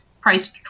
priced